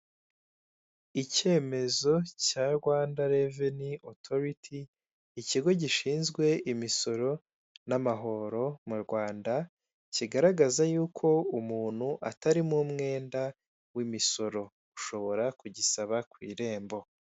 Icyemezo cya Rwanda reveni otoriti, ikigo gishinzwe imisoro n'amahoro mu Rwanda kigaragaza yuko umuntu atarimo umwenda w'imisoro, ushobora kugisaba ku irembo.